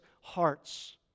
hearts